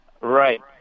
Right